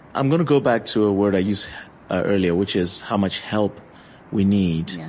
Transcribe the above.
i'm going to go back to a word i used earlier, which is how much help we need.